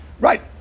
Right